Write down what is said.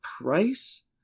price